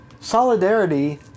Solidarity